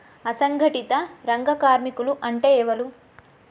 అసంఘటిత రంగ కార్మికులు అంటే ఎవలూ?